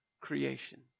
creation